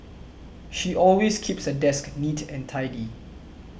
she always keeps her desk neat and tidy